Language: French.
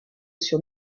sur